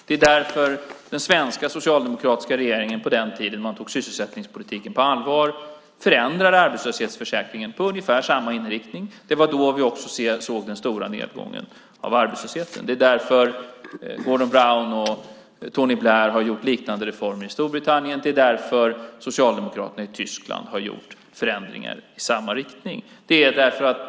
Det är därför den svenska socialdemokratiska regeringen på den tiden man tog sysselsättningspolitiken på allvar förändrade arbetslöshetsförsäkringen med ungefär samma inriktning. Det var också då vi såg den stora nedgången av arbetslösheten. Det är därför Gordon Brown och Tony Blair har genomfört liknande reformer i Storbritannien, och det är därför socialdemokraterna i Tyskland har gjort förändringar i samma riktning.